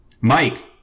Mike